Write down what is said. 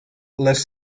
les